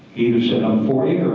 either said i'm for